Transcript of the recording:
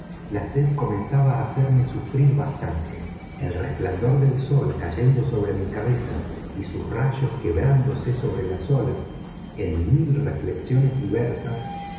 la sed comenzaba á hacerme sufrir bastante el resplandor del sol cayendo sobre mi cabeza y sus rayos quebrándose sobre las olas en mil reflexiones diversas